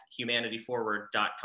humanityforward.com